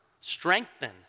strengthen